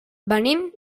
venim